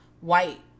White